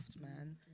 man